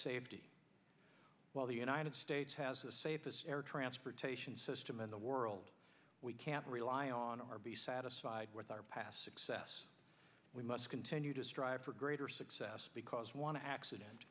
safety while the united states has the safest air transportation system in the world we can't rely on our be satisfied with our past success we must continue to strive for greater success because want to accident